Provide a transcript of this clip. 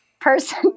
person